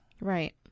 Right